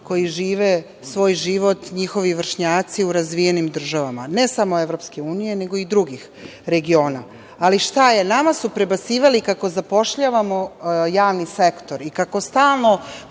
koji žive svoj život, njihovi vršnjaci u razvijenim državama, ne samo EU, nego i drugih regiona. Ali, šta je? Nama su prebacivali kako zapošljavamo u javni sektor i kako stalno